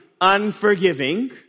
unforgiving